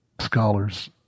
scholars